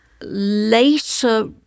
later